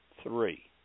three